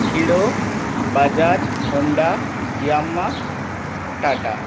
hero Bajaj Honda Yamaha tata